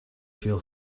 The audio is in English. feel